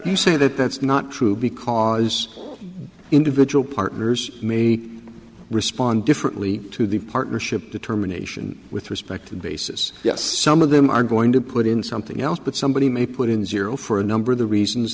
to say that that's not true because individual partners may respond differently to the partnership determination with respect to basis yes some of them are going to put in something else but somebody may put in zero for a number the reasons